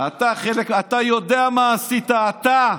אתה יודע מה עשית, אתה.